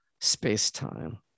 space-time